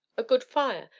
a good fire,